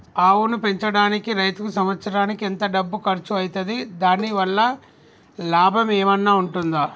ఆవును పెంచడానికి రైతుకు సంవత్సరానికి ఎంత డబ్బు ఖర్చు అయితది? దాని వల్ల లాభం ఏమన్నా ఉంటుందా?